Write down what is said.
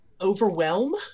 overwhelm